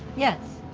yes.